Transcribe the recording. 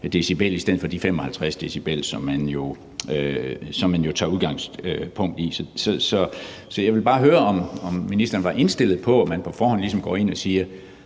i stedet for de 55 dB, som man jo tager udgangspunkt i. Så jeg vil bare høre, om ministeren er indstillet på, at man på forhånd ligesom går ind og siger,